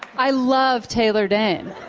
i love taylor dan